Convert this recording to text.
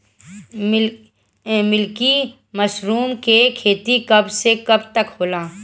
Milky mushroom के खेती कब से कब तक होला?